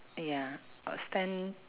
ya it's ten